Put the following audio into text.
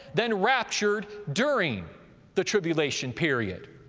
then raptured during the tribulation period.